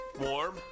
Warm